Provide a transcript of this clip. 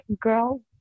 girls